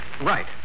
Right